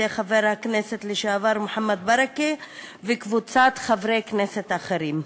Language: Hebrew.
חבר הכנסת לשעבר מוחמד ברכה וקבוצת חברי כנסת אחרים.